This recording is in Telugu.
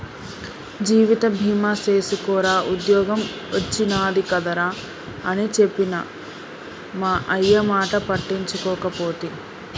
జీవిత బీమ సేసుకోరా ఉద్ద్యోగం ఒచ్చినాది కదరా అని చెప్పిన మా అయ్యమాట పట్టించుకోకపోతి